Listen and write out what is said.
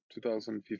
2015